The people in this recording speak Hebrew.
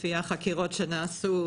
לפי החקירות שנעשו,